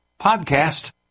PODCAST